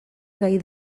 gai